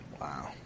Wow